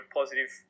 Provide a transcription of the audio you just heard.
positive